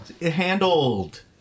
Handled